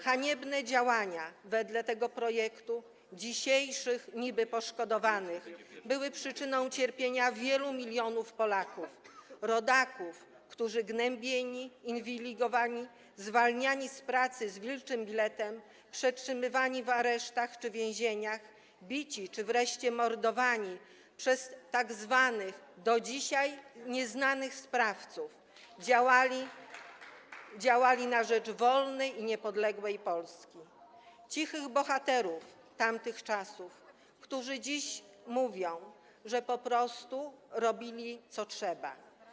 Haniebne działania - wedle tego projektu - dzisiejszych niby-poszkodowanych były przyczyną cierpienia wielu milionów Polaków, rodaków, którzy gnębieni, inwigilowani, zwalniani z pracy z wilczym biletem, przetrzymywani w aresztach czy więzieniach, bici czy wreszcie mordowani przez tzw. do dzisiaj nieznanych sprawców działali na rzecz wolnej i niepodległej Polski, cierpienia cichych bohaterów tamtych czasów, którzy dziś mówią, że po prostu robili, co trzeba.